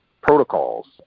protocols